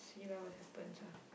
see lah what happens ah